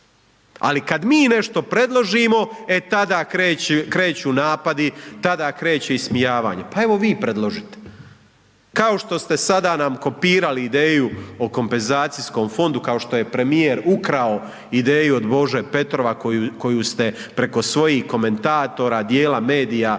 Ali kad mi nešto predložimo, e tada kreću napadi, tada kreće ismijavanje, pa evo vi predložite. Kao što ste sada nam kopirali ideju o kompenzacijskom fondu kao što je premijer ukrao ideju od Bože Petrova, koju ste preko svojih komentatora, dijela medija,